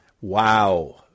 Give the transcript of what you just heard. wow